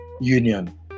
union